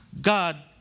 God